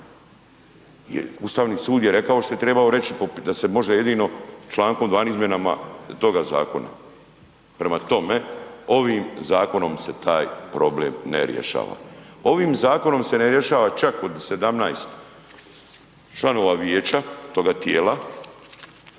Ustavni sud je rekao što je trebao reći da se može članom …/nerazumljivo/… izmjenama toga zakona. Prema tome, ovim zakonom se taj problem ne rješava. Ovim zakonom se ne rješava čak od 17 članova vijeća toga tijela